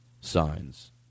signs